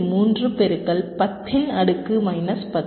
3 பெருக்கல் 10 இன் அடுக்கு மைனஸ் 10